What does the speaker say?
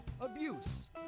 abuse